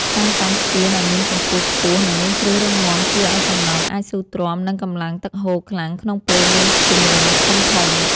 សាងសង់ស្ពានឱ្យមានកម្ពស់ខ្ពស់និងមានគ្រឹះរឹងមាំជួយឱ្យសំណង់អាចស៊ូទ្រាំនឹងកម្លាំងទឹកហូរខ្លាំងក្នុងពេលមានជំនន់ធំៗ។